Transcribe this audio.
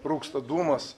rūksta dūmas